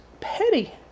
petty